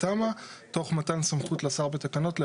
התשפ"ב-2021, מ/1464.